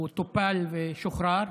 הוא טופל ושוחרר.